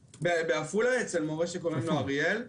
בעפולה אצל מורה שקוראים לו אריאל,